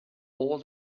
all